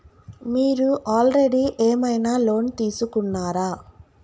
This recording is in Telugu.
మీరు ఆల్రెడీ ఏమైనా లోన్ తీసుకున్నారా?